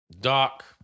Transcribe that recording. Doc